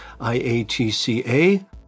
IATCA